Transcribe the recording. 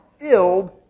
filled